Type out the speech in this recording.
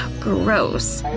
gross!